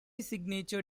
signature